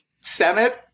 Senate